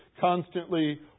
constantly